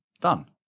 Done